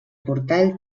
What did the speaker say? portal